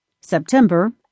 September